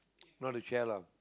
not to share lah